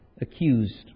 accused